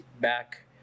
back